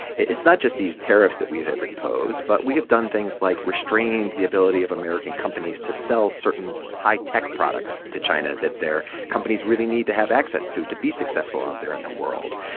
it's not just these tariffs that we have imposed, but we have done things like restrained the ability of american companies to sell certain high-tech products to china that their companies really need to have access to to be successful out there in the world.